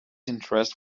interest